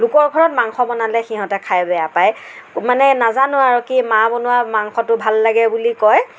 লোকৰ ঘৰত মাংস বনালে সিহঁতে খাই বেয়া পায় মানে নাজানো আৰু কি মা বনোৱা মাংসটো ভাল লাগে বুলি কয়